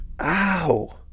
ow